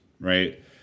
right